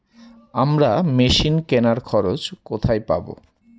আমরা মেশিন কেনার খরচা কোথায় পাবো?